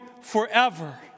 forever